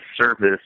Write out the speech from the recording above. service